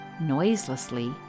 noiselessly